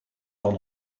dan